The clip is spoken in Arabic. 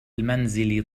المنزل